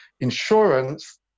insurance